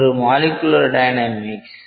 ஒன்று molecular dynamics